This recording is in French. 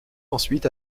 ensuite